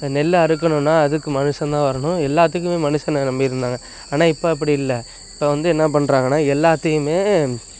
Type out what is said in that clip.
நெல் அறுக்கணுன்னா அதுக்கு மனுஷன் தான் வரணும் எல்லாத்துக்குமே மனுஷனை நம்பி இருந்தாங்க ஆனால் இப்போ அப்படி இல்லை இப்போ வந்து என்ன பண்ணுறாங்கன்னா எல்லாத்தையுமே